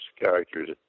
characters